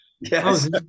yes